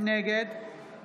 נגד